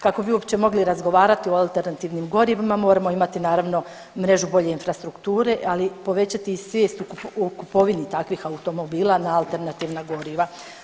Kako bi uopće mogli razgovarati o alternativnim gorivima, moramo imati, naravno mrežu bolje infrastrukture, ali povećati i svijest o kupovini takvih automobila na alternativna goriva.